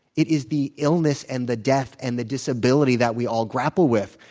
it is the illness and the death and the disability that we all grapple with.